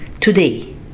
today